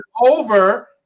over